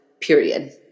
period